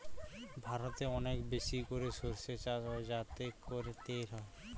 ভারতে অনেক বেশি করে সর্ষে চাষ হয় যাতে করে তেল হয়